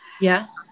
yes